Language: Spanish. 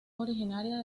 originaria